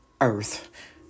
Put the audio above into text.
earth